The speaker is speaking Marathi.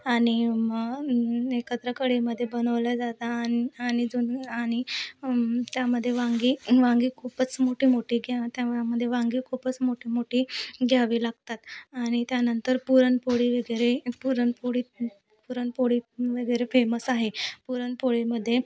आणि मग एकत्र कडईमध्ये बनवल्या जातात आणि आणि जुनं आणि त्यामध्ये वांगी वांगी खूपच मोठी मोठी घ्या त्यामध्ये वांगी खूपच मोठी मोठी घ्यावी लागतात आणि त्यानंतर पुरणपोळी वगैरे पुरणपोळी पुरणपोळी वगैरे फेमस आहे पुरणपोळीमध्ये